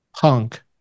Punk